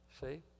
see